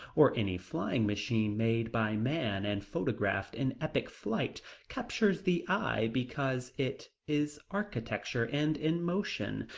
or any flying machine made by man and photographed in epic flight captures the eye because it is architecture and in motion,